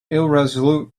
irresolute